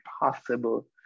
possible